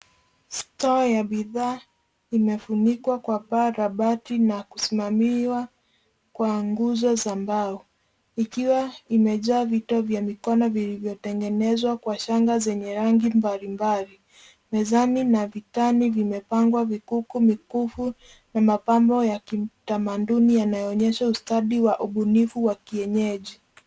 Store ya bidhaa imefunikwa kwa paa la bati na kusimamiwa kwa nguzo za mbao ikiwa imejaa vito vya mikono vilivyotengenezwa kwa shanga zenye mbalimbali. Mezani na vitani vimepangwa vikuku, mikufu na mapambo ya kitamaduni yanayoonyesha ustadi wa ubunifu wa kienyeji.